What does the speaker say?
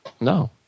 No